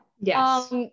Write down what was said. Yes